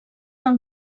del